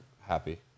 happy